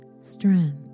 strength